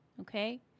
okay